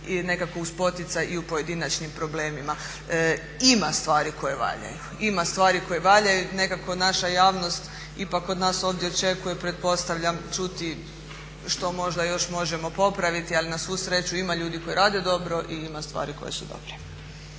nekako uz poticaj i u pojedinačnim problemima. Ima stvari koje valjaju, ima stvari koje valjaju. Nekako naša javnost ipak od nas ovdje očekuje pretpostavljam čuti što možda još možemo popraviti ali na svu sreću ima ljudi koji rade dobro i ima stvari koje su dobre.